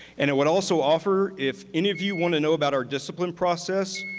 and it would also offer if any of you want to know about our discipline process,